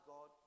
God